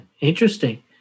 interesting